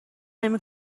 نمی